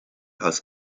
als